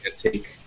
take